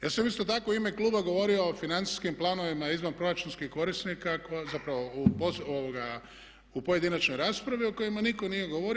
Ja sam isto tako u ime kluba govorio o financijskim planovima izvanproračunskih korisnika zapravo u pojedinačnoj raspravi o kojima nitko nije govorio.